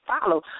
follow